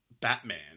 Batman